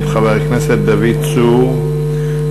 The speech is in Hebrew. מאת דוד צור,